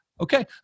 okay